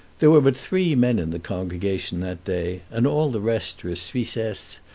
there were but three men in the congregation that day, and all the rest were suissesses,